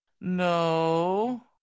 No